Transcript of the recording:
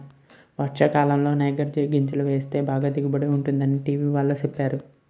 వర్షాకాలంలో నైగర్ గింజలు వేస్తే బాగా దిగుబడి ఉంటుందని టీ.వి వాళ్ళు సెప్పేరు